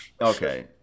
Okay